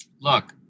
look